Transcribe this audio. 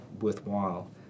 worthwhile